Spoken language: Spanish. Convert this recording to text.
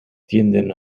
tienden